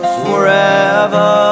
forever